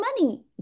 money